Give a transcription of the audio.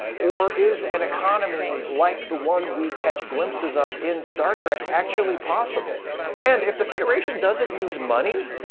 or is an economy like the one we catch glimpses of in star trek actually possible? and, if the federation doesn't use money,